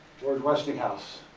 george westinghouse.